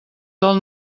del